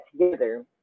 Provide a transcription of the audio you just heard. together